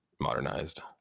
modernized